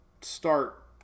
start